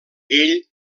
ell